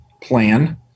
plan